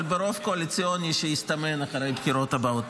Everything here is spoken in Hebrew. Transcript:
אבל ברוב קואליציוני שיסתמן אחרי הבחירות הבאות.